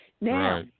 Now